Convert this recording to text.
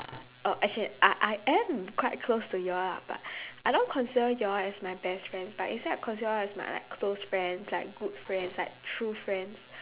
oh as in I am quite close to you all lah but I don't consider you all as my best friends but instead I consider you all as my like close friends like good friends like true friends